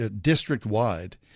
district-wide